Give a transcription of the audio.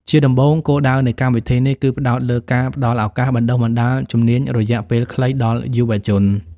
ជាដំបូង គោលដៅនៃកម្មវិធីនេះគឺផ្តោតលើការផ្តល់ឱកាសបណ្តុះបណ្តាលជំនាញរយៈពេលខ្លីដល់យុវជន។